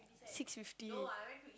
six fifty